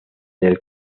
del